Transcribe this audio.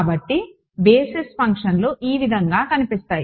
కాబట్టి basis functions ఈ విధంగా కనిపిస్తాయి